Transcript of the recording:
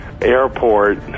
airport